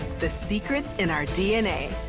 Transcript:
the secrets in our dna,